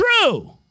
true